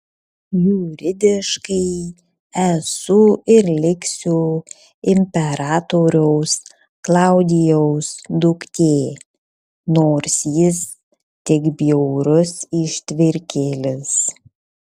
juridiškai esu ir liksiu imperatoriaus klaudijaus duktė nors jis tik bjaurus ištvirkėlis